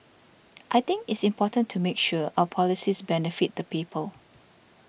I think it's important to make sure our policies benefit the people